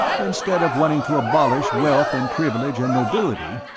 instead of wanting to abolish wealth and privilege and nobility,